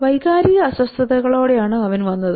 വൈകാരിക അസ്വസ്ഥതകളോടെയാണ് അവൻ വന്നത്